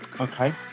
Okay